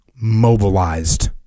mobilized